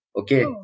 Okay